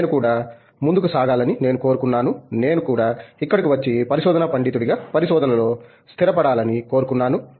నేను కూడా ముందుకు సాగాలని నేను కోరుకున్నాను నేను కూడా ఇక్కడకు వచ్చి పరిశోధనా పండితుడిగా పరిశోధనలో స్థిరపడాలని కోరుకున్నాను